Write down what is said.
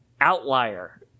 outlier